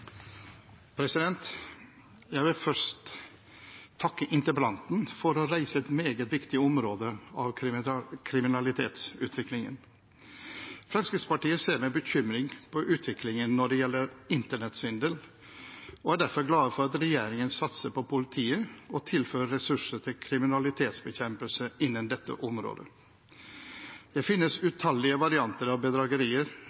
Jeg vil først takke interpellanten for å reise debatt om et meget viktig område av kriminalitetsutviklingen. Fremskrittspartiet ser med bekymring på utviklingen når det gjelder internettsvindel, og er derfor glad for at regjeringen satser på politiet og tilfører ressurser til kriminalitetsbekjempelse innen dette området. Det finnes